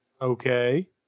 Okay